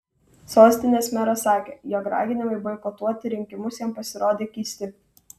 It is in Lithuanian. sostinės meras sakė jog raginimai boikotuoti rinkimus jam pasirodė keisti